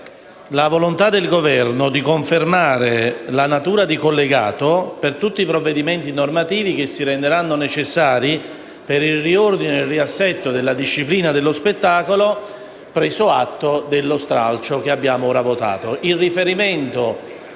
la volontà del Governo di confermare la natura di collegato per tutti i provvedimenti normativi che si renderanno necessari per il riordino e il riassetto della disciplina dello spettacolo, preso atto dello stralcio ora votato.